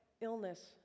illness